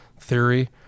theory